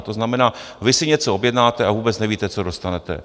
To znamená, vy si něco objednáte, a vůbec nevíte, co dostanete.